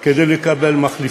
כדי לקבל מחליפים.